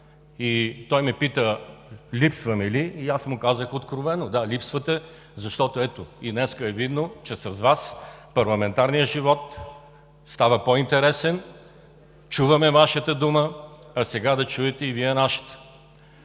и той ме пита: „Липсваме ли?“ Аз му казах откровено: „Да липсвате“, защото ето и днес е видно, че с Вас парламентарният живот става по-интересен. Чуваме Вашата дума, а сега да чуете и Вие нашата.